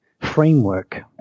framework